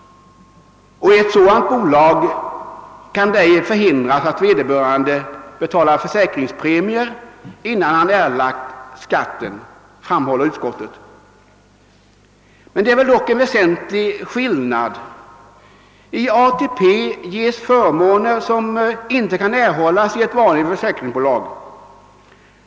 I ett sådant bolag kan det ej förhindras att vederbörande betalar försäkringspremier innan han erlagt skatt, framhåller utskottet. Det finns dock en väsentlig skillnad. I ATP ges förmåner som inte kan erhållas i ett vanligt försäkringsbolag.